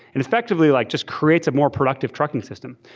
and effectively like just create a more productive trucking system.